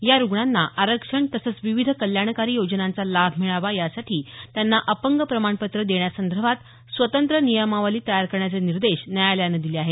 या रुग्णांना आरक्षण तसंच विविध कल्याणकारी योजनांचा लाभ मिळावा यासाठी त्यांना अपंग प्रमाणपत्र देण्यासंदर्भात स्वतंत्र नियमावली तयार करण्याचे निर्देश न्यायालयानं दिले आहेत